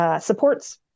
supports